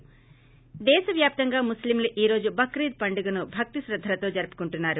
ి దేశ వ్యాప్తంగా ముస్లింలు ఈ రోజు బక్రీద్ పండుగను భక్తి శ్రద్దలతో జరుపుకుంటున్నారు